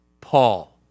Paul